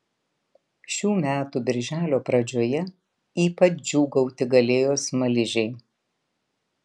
šių metų birželio pradžioje ypač džiūgauti galėjo smaližiai